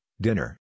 dinner